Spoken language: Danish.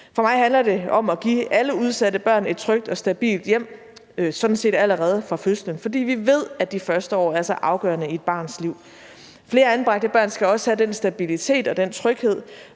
For mig handler om at give alle udsatte børn et trygt og stabilt hjem, sådan set allerede fra fødslen, fordi vi ved, at de første år er så afgørende i et barns liv. Flere anbragte børn skal også have den stabilitet og den tryghed,